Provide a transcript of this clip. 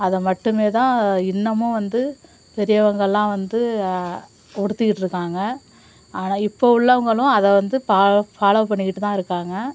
அதை மட்டும் தான் இன்னமும் வந்து பெரியவங்கெல்லாம் வந்து உடுத்திக்கிட்டு இருக்காங்க ஆனால் இப்போ உள்ளவங்களும் அதை வந்து ஃபாலோவ் பண்ணிக்கிட்டு தான் இருக்காங்க